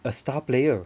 a star player